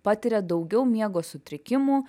patiria daugiau miego sutrikimų